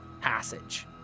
passage